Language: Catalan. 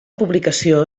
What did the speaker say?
publicació